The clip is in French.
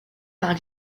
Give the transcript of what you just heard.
par